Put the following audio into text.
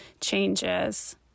changes